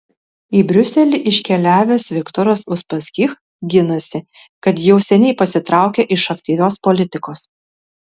į briuselį iškeliavęs viktoras uspaskich ginasi kad jau seniai pasitraukė iš aktyvios politikos